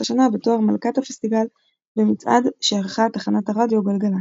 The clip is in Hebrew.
שנה בתואר "מלכת הפסטיגל" במצעד שערכה תחנת הרדיו גלגלצ.